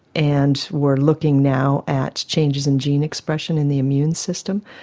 and we are looking now at changes in gene expression in the immune system,